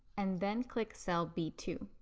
and then click cell b two.